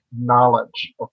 knowledge